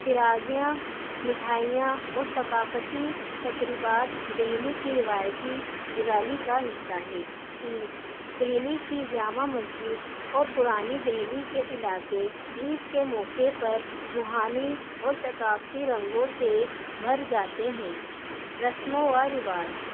چیراگیاں مٹھائیاں اور ثقافتی تقریبات دہلی کی روایتی دیوالی کا حصہ ہے عید دہلی کی جامع مسجد اور پرانی دہلی کے علاقے عید کے موقعے پر روحانی اور ثقافتی رنگوں سے بھر جاتے ہیں رسموں وا رواج